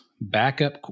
backup